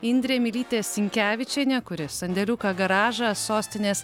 indrė mylytė sinkevičienė kuri sandėliuką garažą sostinės